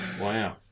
Wow